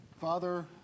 Father